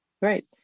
Right